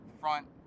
front